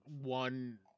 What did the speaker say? one